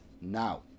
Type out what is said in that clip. now